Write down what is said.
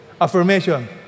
Affirmation